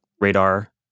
radar